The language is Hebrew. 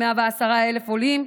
110,000 עולים,